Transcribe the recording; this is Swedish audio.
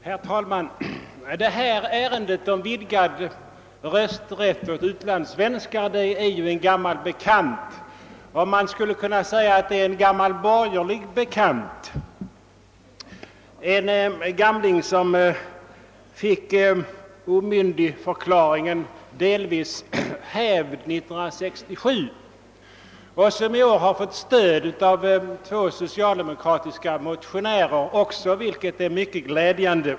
Herr talman! Det ärende som nu behandlas, vidgad rösträtt för utlandssvenskar, är en gammal bekant — man kan säga en gammal borgerlig bekant — som fick sin omyndighetsförklaring delvis hävd 1967 och som i år har fått stöd även av två socialdemokratiska motionärer. Det är mycket glädjande.